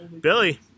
Billy